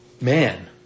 man